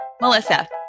Melissa